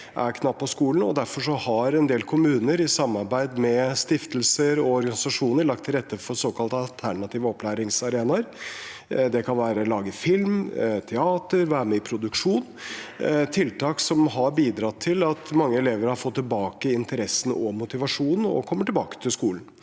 derfor har en del kommuner i samarbeid med stiftelser og organisasjoner lagt til rette for såkalte alternative opplæringsarenaer. Det kan være å lage film, teater og være med i produksjon, tiltak som har bidratt til at mange elever har fått tilbake interessen og motivasjonen og kommer tilbake til skolen.